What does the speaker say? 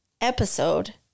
episode